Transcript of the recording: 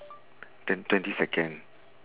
twen~ twenty second